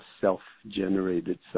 self-generated